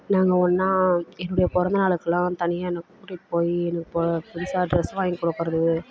நாங்கள் ஒன்னாக என்னுடைய பிறந்த நாளுக்குலாம் தனியாக என்னை கூட்டிட்டு போய் எனக்கு பொ புதுசாக ட்ரெஸ் வாங்கி கொடுக்கறது